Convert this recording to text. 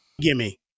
gimme